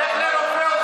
לך לרופא אוזניים.